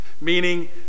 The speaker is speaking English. meaning